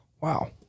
wow